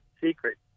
secret